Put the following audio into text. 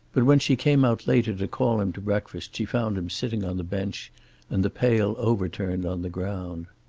but when she came out later to call him to breakfast she found him sitting on the bench and the pail overturned on the ground.